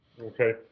Okay